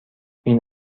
این